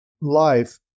life